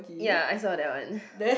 ya I saw that one